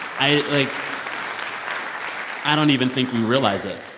i don't even think we realize it.